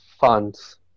funds